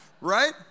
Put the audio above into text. Right